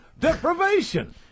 deprivation